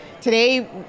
today